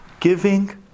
Giving